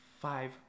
Five